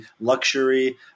luxury